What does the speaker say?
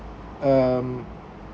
um